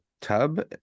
tub